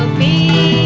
me